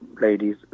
ladies